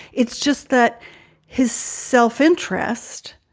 it's just that his self-interest.